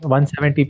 170